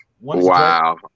Wow